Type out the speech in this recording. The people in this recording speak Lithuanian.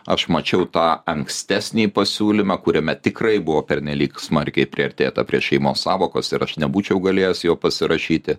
aš mačiau tą ankstesnį pasiūlymą kuriame tikrai buvo pernelyg smarkiai priartėta prie šeimos sąvokos ir aš nebūčiau galėjęs jo pasirašyti